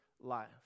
life